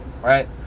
right